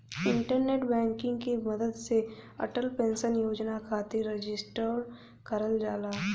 internet banking के मदद से अटल पेंशन योजना खातिर रजिस्टर करल जाला